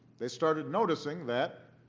they started noticing that